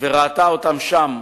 וראתה אותם שם,